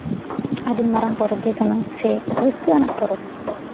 ᱟᱹᱰᱤ ᱢᱟᱨᱟᱝ ᱯᱚᱨᱚᱵᱽ ᱜᱮ ᱠᱟᱱᱟ ᱥᱮ ᱨᱟᱹᱥᱠᱟᱹ ᱟᱱᱟᱜ ᱯᱚᱨᱚᱵᱽ